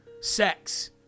Sex